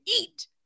eat